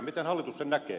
miten hallitus sen näkee